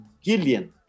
Gillian